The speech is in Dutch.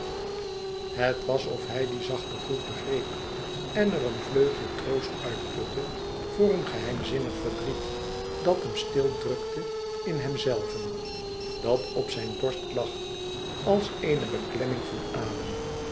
het was of hij dien zachten groet begreep en er een vleugje troost uit putte voor een geheimzinnig verdriet dat hem stil drukte in hemzelven dat op zijne borst lag als eene beklemming van adem